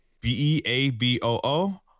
B-E-A-B-O-O